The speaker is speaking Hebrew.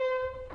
קטלניות.